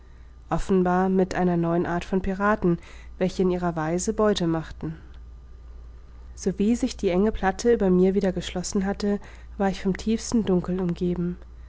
offenbar mit einer neuen art von piraten welche in ihrer weise beute machten sowie sich die enge platte über mir wieder geschlossen hatte war ich vom tiefsten dunkel umgeben